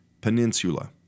Peninsula